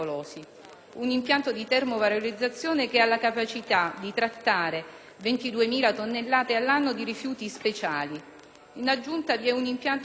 un impianto di termovalorizzazione che ha la capacità di trattare 22.000 tonnellate all'anno di rifiuti speciali; in aggiunta, vi è un impianto di